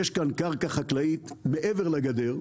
יש כאן קרקע חקלאית מעבר לגדר,